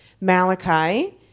Malachi